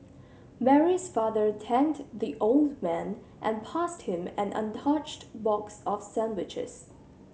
Mary's father thanked the old man and passed him an untouched box of sandwiches